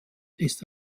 ist